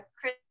Chris